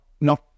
no